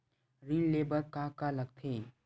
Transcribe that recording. ऋण ले बर का का लगथे?